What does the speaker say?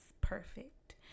perfect